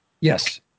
Yes